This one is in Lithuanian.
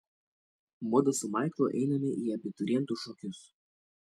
mudu su maiklu einame į abiturientų šokius